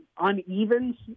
uneven